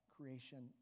creation